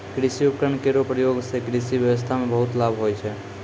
कृषि उपकरण केरो प्रयोग सें कृषि ब्यबस्था म बहुत लाभ होय छै